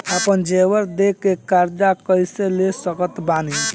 आपन जेवर दे के कर्जा कइसे ले सकत बानी?